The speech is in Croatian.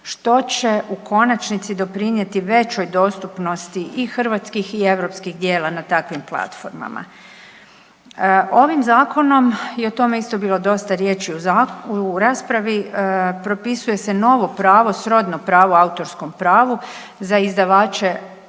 što će u konačnici doprinijeti većoj dostupnosti i hrvatskih i europskih djela na takvim platformama. Ovim zakonom i o tome je isto bilo dosta riječi u raspravi propisuje se novo pravo, srodno pravo o autorskom pravu za izdavače